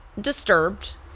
disturbed